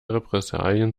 repressalien